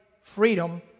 freedom